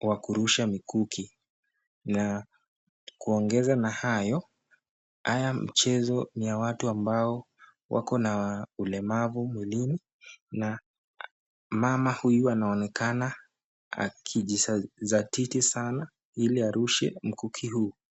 wa kurusha mikuki na kuongeza na hayo ,haya mchezo ni ya watu ambao wako na ulemavu mwilini na mama huyu anaonekana akijizatiti sana ili arushe mkuki huu.